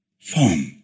form